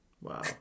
Wow